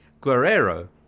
guerrero